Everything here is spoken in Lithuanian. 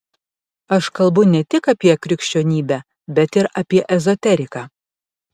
aš kalbu ne tik apie krikščionybę bet ir apie ezoteriką